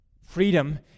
Freedom